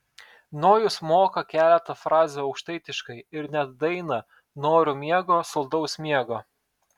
nojus moka keletą frazių aukštaitiškai ir net dainą noriu miego saldaus miego